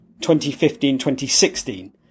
2015-2016